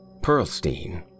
Perlstein